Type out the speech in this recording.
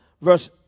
Verse